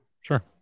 Sure